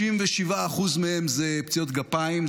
37% מהם זה פציעות גפיים,